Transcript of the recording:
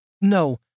No